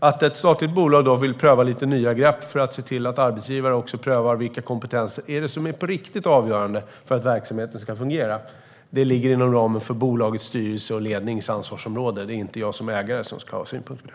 Att ett statligt bolag vill pröva lite nya grepp för att se till att arbetsgivare prövar vilka kompetenser som är avgörande på riktigt för att verksamheten ska fungera ligger inom ramen för bolagets styrelses och lednings ansvarsområde. Det är inte jag som ägare som ska ha synpunkter på det.